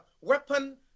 weapon